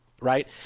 right